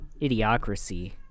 Idiocracy